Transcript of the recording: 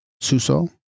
Suso